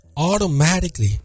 automatically